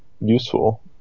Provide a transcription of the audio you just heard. useful